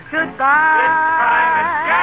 Goodbye